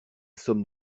somme